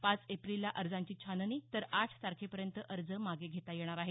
पाच एप्रिलला अर्जांची छाननी तर आठ तारखेपर्यंत अर्ज मागे घेता येणार आहेत